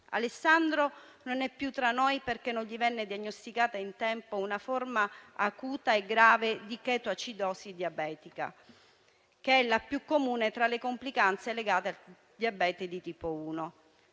Alessandro non è più tra noi perché non gli venne diagnosticata in tempo una forma acuta e grave di chetoacidosi diabetica, che è la più comune tra le complicanze legate al diabete di tipo 1.